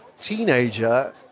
teenager